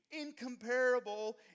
incomparable